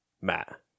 Matt